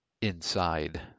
inside